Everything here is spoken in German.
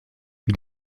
wie